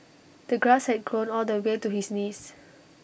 the grass had grown all the way to his knees